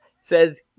says